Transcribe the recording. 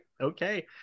okay